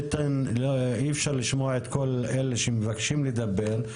אי אפשר לשמוע את כל אלה שמבקשים לדבר,